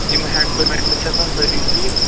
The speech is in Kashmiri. یِم ہیٚنٛڈلہٕ وٮ۪نٛڈلہٕ چھَ سا سٲرِی ٹھیٖک